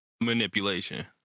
Manipulation